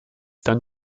dann